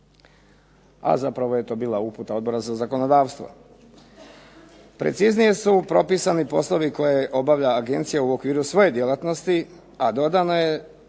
A zapravo je to bila uputa Odbora za zakonodavstvo. Preciznije su propisani poslovi koje obavlja agencija u okviru svoje djelatnosti, a dodano je